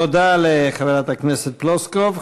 תודה לחברת הכנסת פלוסקוב.